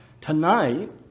Tonight